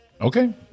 Okay